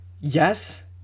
Yes